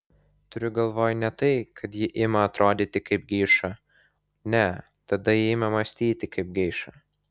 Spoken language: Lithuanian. turiu galvoje ne tai kad ji ima atrodyti kaip geiša ne tada ji ima mąstyti kaip geiša